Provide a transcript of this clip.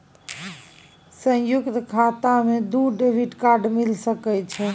संयुक्त खाता मे दू डेबिट कार्ड मिल सके छै?